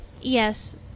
yes